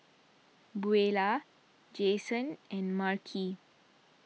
Buelah Jasen and Marcie